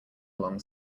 along